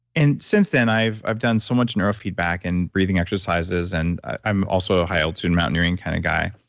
and since then, i've i've done so much neuro feedback and breathing exercises and i'm also a high altitude mountaineering kind of guy,